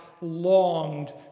longed